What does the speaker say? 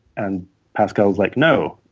and pascal's like, no.